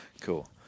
cool